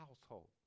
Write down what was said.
household